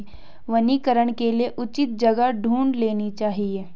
वनीकरण के लिए उचित जगह ढूंढ लेनी चाहिए